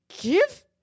give